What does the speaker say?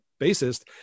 bassist